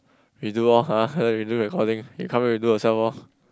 redo lor redo recording you come back and do yourself lor